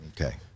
Okay